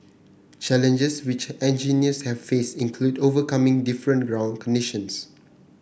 challenges which engineers have faced include overcoming different ground conditions